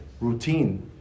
routine